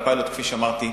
הפיילוט, כפי שאמרתי,